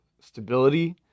stability